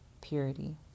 Purity